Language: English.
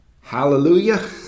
Hallelujah